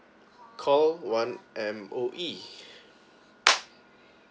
call one M_O_E